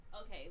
Okay